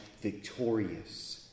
victorious